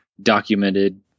documented